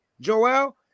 Joel